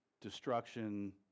destruction